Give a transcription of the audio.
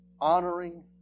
honoring